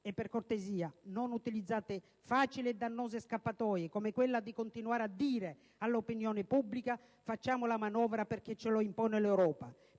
e per cortesia non utilizzate facili e dannose scappatoie, come quella di continuare a dire all'opinione pubblica «facciamo la manovra perché ce lo impone l'Europa»,